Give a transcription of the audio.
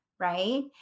right